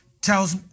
tells